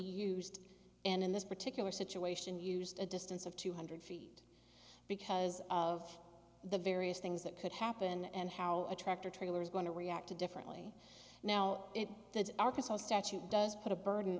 used in this particular situation used a distance of two hundred feet because of the various things that could happen and how a tractor trailer is going to react to differently now the arkansas statute does put a burden